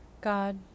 God